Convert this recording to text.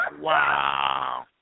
wow